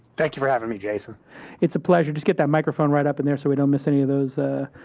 thank you for having me, jason. jason it's a pleasure. just get that microphone right up in there, so we don't miss any of those ah.